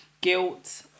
guilt